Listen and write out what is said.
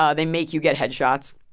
ah they make you get head shots.